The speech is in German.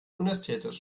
unästhetisch